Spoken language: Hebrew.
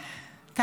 נרשם פעמיים.